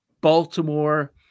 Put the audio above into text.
Baltimore